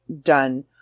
done